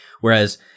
Whereas